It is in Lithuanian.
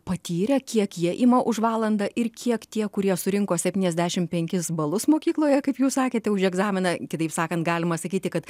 patyrę kiek jie ima už valandą ir kiek tie kurie surinko septyniasdešim penkis balus mokykloje kaip jūs sakėte už egzaminą kitaip sakant galima sakyti kad